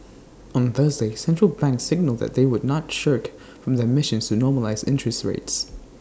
on Thursday central banks signalled that they would not shirk from their missions to normalise interest rates